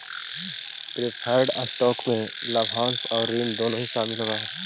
preferred stock में लाभांश आउ ऋण दोनों ही शामिल होवऽ हई